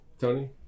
Tony